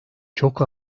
çok